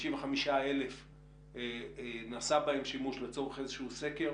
55,000 נעשה בהן שימוש לצורך איזשהו סקר.